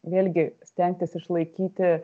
vėlgi stengtis išlaikyti